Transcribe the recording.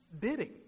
bidding